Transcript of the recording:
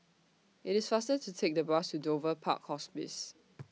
IT IS faster to Take The Bus to Dover Park Hospice